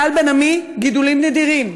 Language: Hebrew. טל בן עמי, גידולים נדירים,